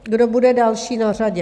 Kdo bude další na řadě?